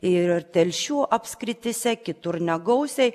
ir telšių apskrityse kitur negausiai